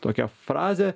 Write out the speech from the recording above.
tokią frazę